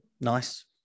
Nice